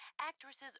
actresses